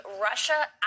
Russia